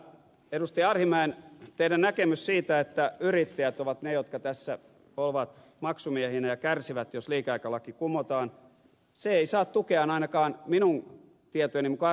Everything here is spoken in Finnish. arhinmäki teidän näkemyksenne siitä että yrittäjät ovat ne jotka tässä ovat maksumiehinä ja kärsivät jos liikeaikalaki kumotaan ei saa tukea ainakaan minun tietojeni mukaan ruotsista